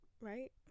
right